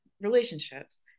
relationships